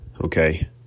okay